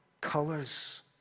colors